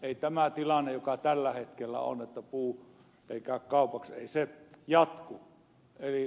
ei tämä tilanne joka tällä hetkellä on että puu ei käy kaupaksi voi jatkua